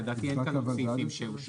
לדעתי אין כאן עוד סעיפים שאושרו,